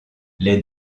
les